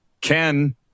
Ken